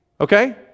Okay